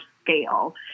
scale